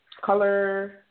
Color